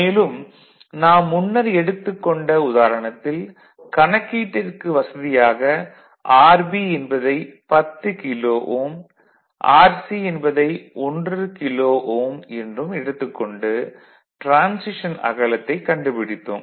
மேலும் நாம் முன்னர் எடுத்துக் கொண்ட உதாரணத்தில் கணக்கீட்டிற்கு வசதியாக RB என்பதை 10 கிலோ ஓம் RC என்பதை 1 கிலோ ஓம் என்றும் எடுத்துக் கொண்டு டிரான்சிஷன் அகலத்தை கண்டுபிடித்தோம்